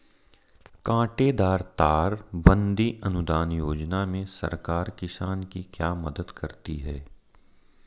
कांटेदार तार बंदी अनुदान योजना में सरकार किसान की क्या मदद करती है?